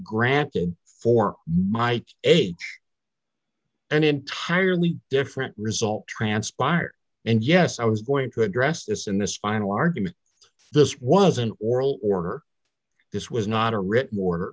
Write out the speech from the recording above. granted for my age and entirely different result transpired and yes i was going to address this in this final argument this was an oral order this was not a